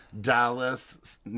Dallas